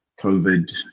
COVID